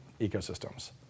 ecosystems